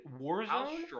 Warzone